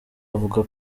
avuga